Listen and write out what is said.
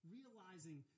Realizing